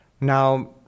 Now